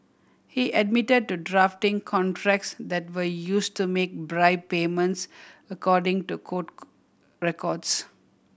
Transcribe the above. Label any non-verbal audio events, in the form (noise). he admitted to drafting contracts that were used to make bribe payments according to court (unintelligible) records